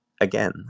again